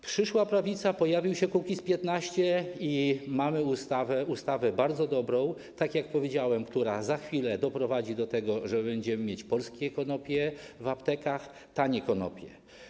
Przyszła prawica, pojawił się Kukiz’15 i mamy ustawę, ustawę bardzo dobrą, tak jak powiedziałem, która za chwilę doprowadzi do tego, że będziemy mieć polskie konopie w aptekach, tanie konopie.